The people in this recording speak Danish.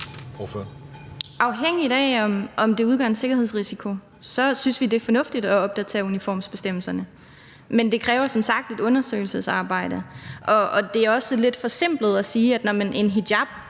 Afhængigt af om det udgør en sikkerhedsrisiko, synes vi, at det er fornuftigt at opdatere uniformsbestemmelserne, men det kræver som sagt et undersøgelsesarbejde. Det er også lidt forsimplet at sige, at en hijab